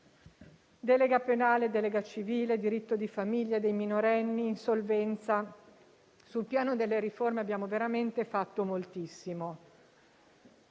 Delega penale, delega civile, diritto di famiglia dei minorenni, insolvenza: sul piano delle riforme abbiamo veramente fatto moltissimo.